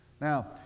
Now